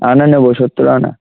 আনা নেবো সত্তর আনা